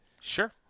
sure